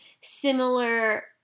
similar